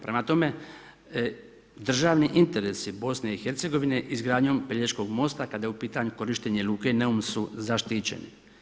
Prema tome, državni interesi BIH izgradnjom Pelješkog mosta, kada je u pitanju korištenje luke Neum su zaštićeni.